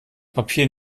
papier